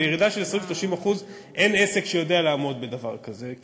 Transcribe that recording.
ירידה של 20% 30% אין עסק שיודע לעמוד בדבר כזה.